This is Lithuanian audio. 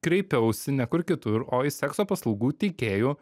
kreipiausi ne kur kitur o į sekso paslaugų teikėjų